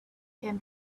can